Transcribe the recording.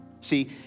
see